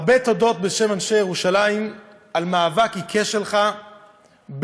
הרבה תודות בשם אנשי ירושלים על מאבק עיקש שלך במשרד